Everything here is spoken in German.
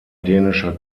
dänischer